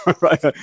right